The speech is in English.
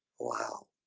wow